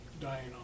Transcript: dying